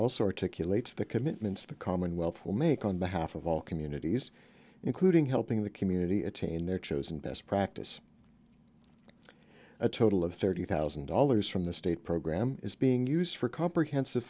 all sorts of q lakes the commitments the commonwealth will make on behalf of all communities including helping the community attain their chosen best practice a total of thirty thousand dollars from the state program is being used for comprehensive